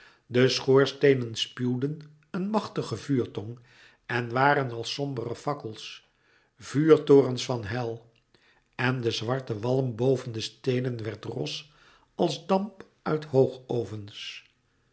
de schoorsteenen spuwden een machtige vuurtong en waren als sombere fakkels vuurtorens van louis couperus metamorfoze hel en de zwarte walm boven de steden werd ros als damp uit